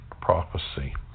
prophecy